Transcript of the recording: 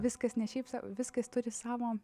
viskas ne šiaip sau viskas turi savo